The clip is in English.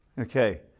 Okay